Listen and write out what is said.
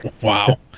Wow